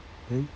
then